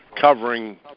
covering